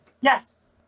yes